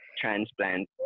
transplant